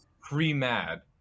pre-mad